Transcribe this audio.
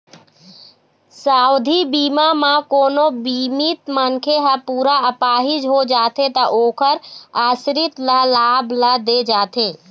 सावधि बीमा म कोनो बीमित मनखे ह पूरा अपाहिज हो जाथे त ओखर आसरित ल लाभ ल दे जाथे